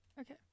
Okay